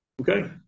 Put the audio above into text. Okay